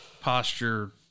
posture